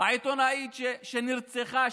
העיתונאית שנרצחה,